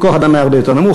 כוח-האדם היה הרבה יותר נמוך,